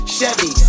Chevy